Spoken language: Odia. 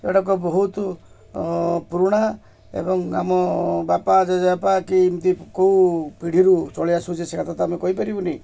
ଏଗୁଡ଼ାକ ବହୁତ ପୁରୁଣା ଏବଂ ଆମ ବାପା ଜେଜେବାପା କି ଏମିତି କେଉଁ ପିଢ଼ିରୁ ଚଳେଇ ଆସୁଛି ସେ କଥା ତ ଆମେ କହିପାରିବୁନି